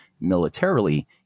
militarily